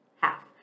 Half